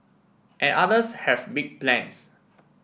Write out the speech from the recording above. and others has big plans